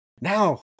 now